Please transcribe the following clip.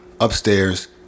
upstairs